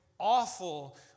Awful